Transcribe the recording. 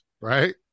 right